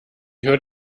hört